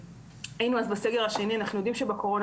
היינו אז בסגר השני ואנחנו יודעים שבקורונה